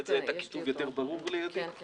זה אפילו לא